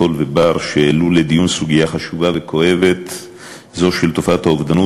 קול ובר שהעלו לדיון סוגיה חשובה וכואבת זו של תופעת האובדנות,